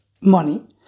money